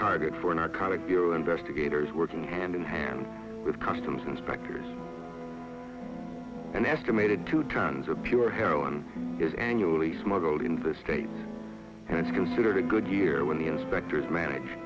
target for an iconic hero investigators working hand in hand with customs inspectors an estimated two tons of pure heroin is annually smuggled into the state and it's considered a good year when the inspectors manage